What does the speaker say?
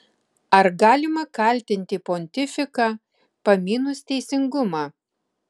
ar galima kaltinti pontifiką pamynus teisingumą